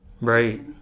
Right